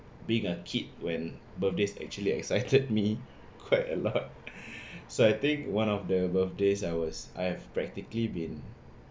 being a kid when birthdays actually excited me quite a lot so I think one of the birthdays I was I've practically been